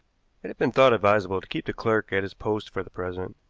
it had been thought advisable to keep the clerk at his post for the present,